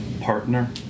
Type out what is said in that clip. partner